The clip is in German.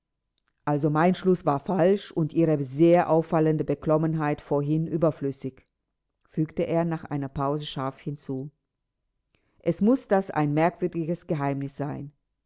also mein schluß war falsch und ihre sehr auffallende beklommenheit vorhin überflüssig fügte er nach einer pause scharf hinzu es muß das ein merkwürdiges geheimnis sein